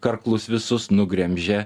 karklus visus nugremžia